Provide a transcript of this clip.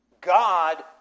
God